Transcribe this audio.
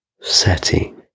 setting